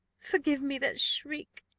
forgive me that shriek!